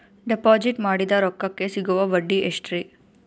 Deposit ಮಾಡಿದ ರೊಕ್ಕಕೆ ಸಿಗುವ ಬಡ್ಡಿ ಎಷ್ಟ್ರೀ?